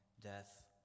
death